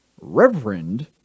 reverend